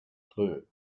clue